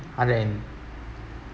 hundred and